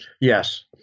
Yes